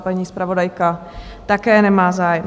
Paní zpravodajka také nemá zájem.